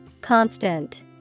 Constant